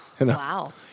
Wow